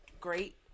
great